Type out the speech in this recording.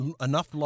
enough